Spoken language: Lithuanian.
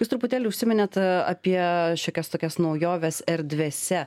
jūs truputėlį užsiminėte apie šiokias tokias naujoves erdvėse